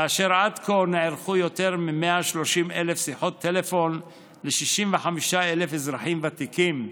כאשר עד כה נערכו יותר מ-130,000 שיחות טלפון ל-65,000 אזרחים ותיקים,